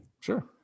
Sure